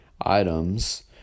items